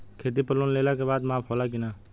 खेती पर लोन लेला के बाद माफ़ होला की ना?